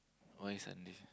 why Sunday